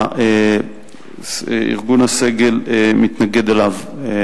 ארגון הסגל מתנגד לו.